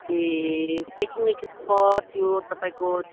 ए picnic spot त्यो तपाईँको